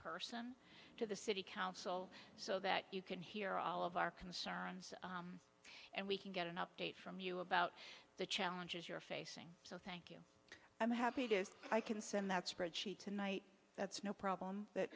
person to the city council so that you can hear all of our concerns and we can get an update from you about the challenges you're facing so thank you i'm happy i can send that spreadsheet tonight that's no problem that